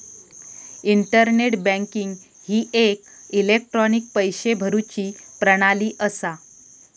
internet banking ही एक electronic पैशे भरुची प्रणाली असा